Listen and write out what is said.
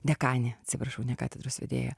dekanė atsiprašau ne katedros vedėja